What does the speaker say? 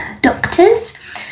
doctors